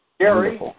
Gary